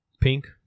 Pink